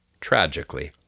Tragically